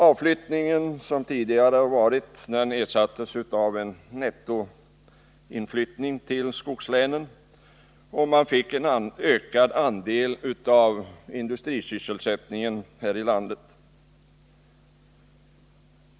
Den tidigare avflyttningen från skogslänen ersattes av en nettoinflyttning dit, och man fick där en ökad andel av industrisysselsättningen i landet.